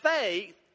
faith